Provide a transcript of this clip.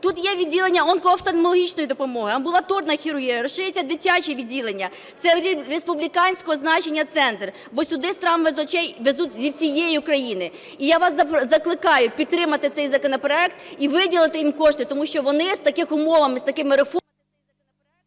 Тут є відділення онкоофтальмологічної допомоги, амбулаторна хірургія, розширюється дитяче відділення. Це республіканського значення центр, бо сюди з травмами очей везуть зі всієї України. І я вас закликаю підтримати цей законопроект і виділити їм кошти, тому що вони з такими умовами і з такими реформами…